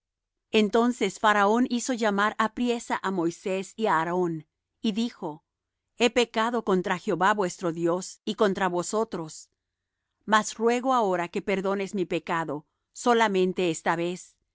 entonces faraón hizo llamar apriesa á moisés y á aarón y dijo he pecado contra jehová vuestro dios y contra vosotros mas ruego ahora que perdones mi pecado solamente esta vez